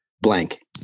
blank